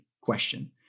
question